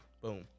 Boom